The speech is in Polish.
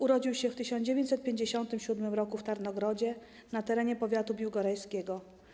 Urodził się w 1957 r. w Tarnogrodzie na terenie powiatu biłgorajskiego.